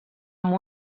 amb